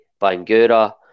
Bangura